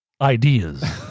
Ideas